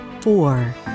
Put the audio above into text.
four